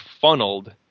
funneled